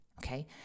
Okay